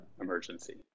emergency